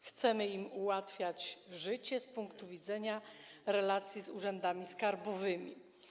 Chcemy im ułatwiać życie z punktu widzenia relacji z urzędami skarbowymi.